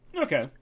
Okay